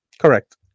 Correct